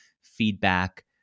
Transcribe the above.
feedback